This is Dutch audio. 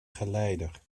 geleider